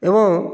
ଏବଂ